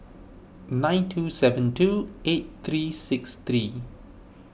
nine two seven two eight three six three